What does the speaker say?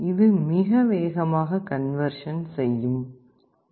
இது மிக வேகமாக கண்வர்ஷன் செய்யும்